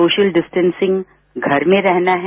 social distancing घर में रहना है